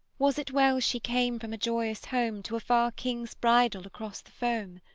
was it well she came from a joyous home to a far king's bridal across the foam?